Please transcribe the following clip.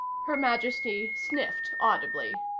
her majesty sniffed audibly.